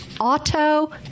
auto